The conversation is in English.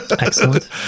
Excellent